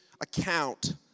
account